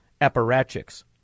apparatchiks